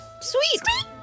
Sweet